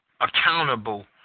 accountable